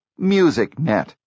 MusicNet